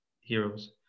heroes